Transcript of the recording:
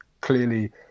clearly